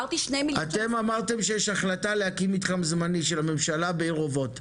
אתם אמרתם שיש החלטה להקים מתחם זמני של הממשלה בעיר אובות.